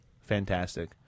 Fantastic